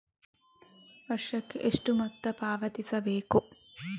ವರ್ಷಕ್ಕೆ ಎಷ್ಟು ಮೊತ್ತ ಪಾವತಿಸಬೇಕು?